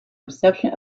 reception